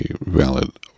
valid